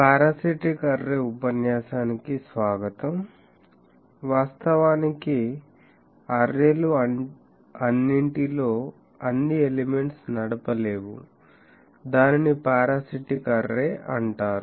parasitic array ఉపన్యాసానికి స్వాగతం వాస్తవానికి అర్రే లు అన్నిటిలో అన్ని ఎలిమెంట్స్ నడపలేవు దానిని పారాసిటిక్ అర్రే అంటారు